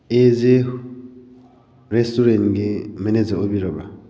ꯑꯦ J ꯔꯦꯁꯇꯨꯔꯦꯟꯒꯤ manager ꯑꯣꯏꯕꯤꯔꯕ꯭ꯔꯥ